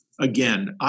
Again